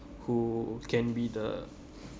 who can be the